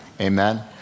Amen